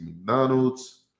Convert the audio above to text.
McDonald's